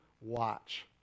watch